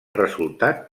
resultat